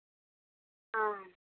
ᱦᱮᱸ